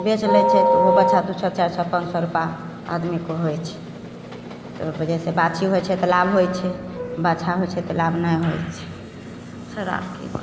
बेचि लै छै तऽ ओहो बाछा दुइ सओ चारि सओ पाँच सओ रूपा आदमीके होइ छै तऽ ओहि वजहसे बाछी होइ छै तऽ लाभ होइ छै बाछा होइ छै तऽ लाभ नहि होइ छै सर आओर कि बोलू